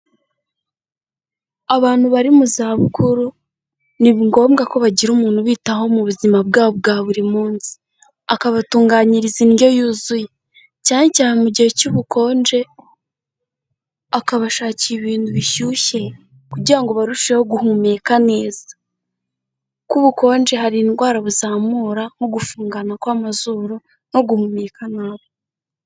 Abantu bari mu za bukuru, ni ngombwa ko bagira umuntu ubitaho mu buzima bwabo bwa buri munsi, akabatunganyiriza indyo yuzuye, cyane cyane mu gihe cy'ubukonje, akabashakira ibintu bishyushye, kugira ngo barusheho guhumeka neza, kuko ubukonje hari indwara buzamura nko gufungana kw'amazuru, nko guhumeka nabi.